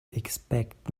expect